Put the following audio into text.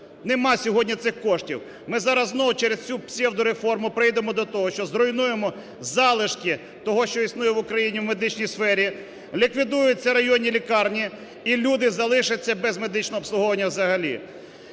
Немає сьогодні цих коштів. Ми зараз знову через цю псевдореформу прийдемо до того, що зруйнуємо залишки того, що існує в Україні в медичній сфері, ліквідуються районні лікарні і люди залишаться без медичного обслуговування взагалі.